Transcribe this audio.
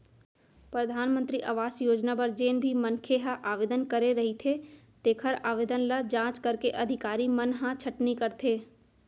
परधानमंतरी आवास योजना बर जेन भी मनखे ह आवेदन करे रहिथे तेखर आवेदन ल जांच करके अधिकारी मन ह छटनी करथे